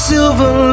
Silver